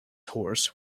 horse